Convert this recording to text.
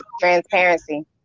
Transparency